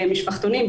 במשפחתונים,